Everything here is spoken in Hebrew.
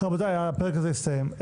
רבותיי, הפרק הזה הסתיים.